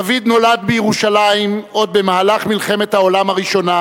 דוד נולד בירושלים עוד במהלך מלחמת העולם הראשונה,